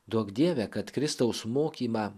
duok dieve kad kristaus mokymą